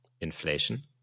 inflation